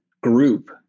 group